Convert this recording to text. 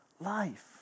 life